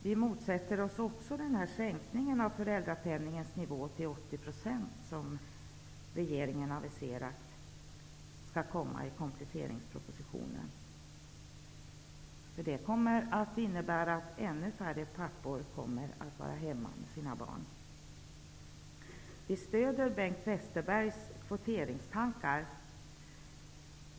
Vi motsätter oss också förslaget till sänkning av nivån på föräldrapenningen till 80 %, som regeringen har aviserat skall finnas med i kompletteringspropositionen. Det kommer att innebära att ännu färre pappor kommer att vara hemma med sina barn. Vi stöder Bengt Westerbergs kvoteringstankar.